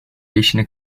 beşini